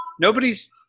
Nobody's